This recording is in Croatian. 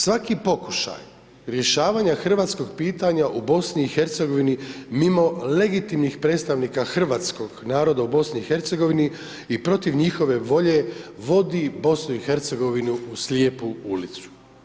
Svaki pokušaj rješavanja hrvatskog pitanja u BiH mimo legitimnih predstavnika hrvatskog naroda u BiH i protiv njihove volje vodi BiH u slijepu ulicu.